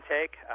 take